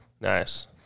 Nice